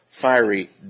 fiery